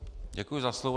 Děkuji za slovo.